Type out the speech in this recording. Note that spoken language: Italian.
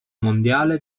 mondiale